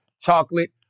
chocolate